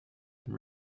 and